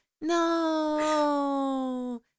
no